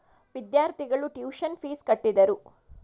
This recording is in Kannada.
ವಿದ್ಯಾರ್ಥಿಗಳು ಟ್ಯೂಷನ್ ಪೀಸ್ ಕಟ್ಟಿದರು